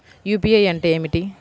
UPI అంటే ఏమిటీ?